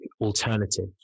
alternative